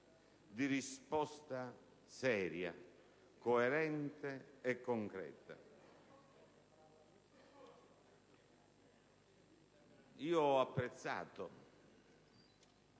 di risposta seria, coerente e concreta. Ho apprezzato